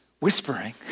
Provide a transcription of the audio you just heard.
whispering